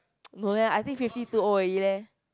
no leh I think fifty too old already leh